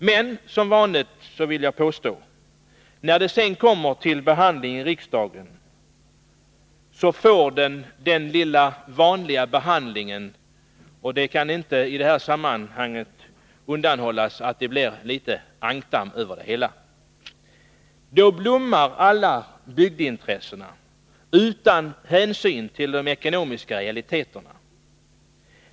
Men när ett ärende kommer upp till behandling i riksdagen blir det som vanligt — man kan inte säga annat än att det blir något av ankdamm över det hela. Då blommar alla bygdeintressen utan hänsyn till ekonomiska realiteter.